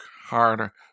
harder